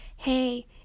Hey